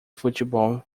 futebol